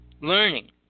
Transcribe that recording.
learning